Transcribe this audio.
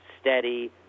steady